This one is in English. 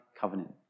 covenant